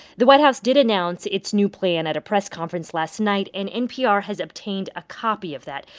the white house did announce its new plan at a press conference last night, and npr has obtained a copy of that.